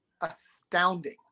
astounding